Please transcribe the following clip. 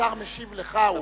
השר משיב לך.